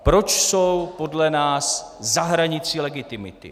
Proč jsou podle nás za hranicí legitimity.